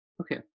Okay